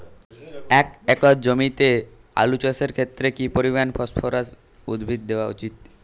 এক একর জমিতে আলু চাষের ক্ষেত্রে কি পরিমাণ ফসফরাস উদ্ভিদ দেওয়া উচিৎ?